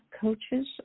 coaches